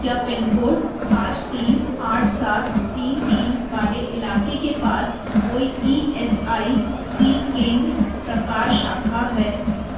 क्या pin code पाँच तीन आठ सात तीन तीन वाले इलाके के पास कोई ई एस आई सी केंद्र प्रकार शाखा है